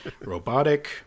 robotic